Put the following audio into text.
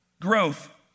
Growth